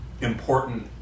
important